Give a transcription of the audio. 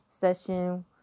session